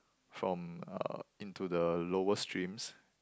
from uh into the lower streams